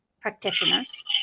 practitioners